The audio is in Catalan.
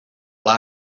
pla